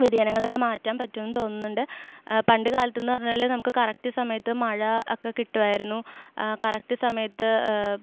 വ്യതിയാനങ്ങളൊക്കെ മാറ്റാൻ പറ്റുമെന്ന് തോന്നുന്നുണ്ട് പണ്ട് കാലത്തെന്ന് പറഞ്ഞാൽ നമുക്ക് കറക്റ്റ് സമയത്ത് മഴ ഒക്കെ കിട്ടുമായിരുന്നു കറക്റ്റ് സമയത്ത്